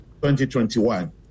2021